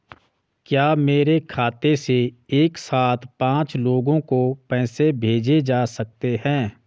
क्या मेरे खाते से एक साथ पांच लोगों को पैसे भेजे जा सकते हैं?